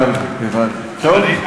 הבנתי, הבנתי, טוב.